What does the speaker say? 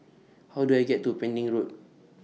How Do I get to Pending Road